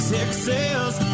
Texas